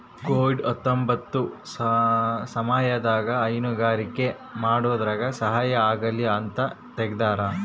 Covid ಹತ್ತೊಂಬತ್ತ ಸಮಯದಾಗ ಹೈನುಗಾರಿಕೆ ಮಾಡೋರ್ಗೆ ಸಹಾಯ ಆಗಲಿ ಅಂತ ತೆಗ್ದಾರ